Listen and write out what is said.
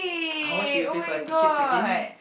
how much did you pay for your tickets again